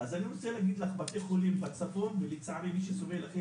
אז אני רוצה להגיד לך בתי חולים בצפון לצערי מי שסובל הכי